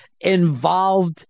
involved